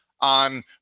on